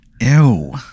Ew